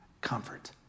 comfort